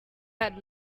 had